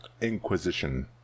inquisition